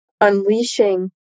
unleashing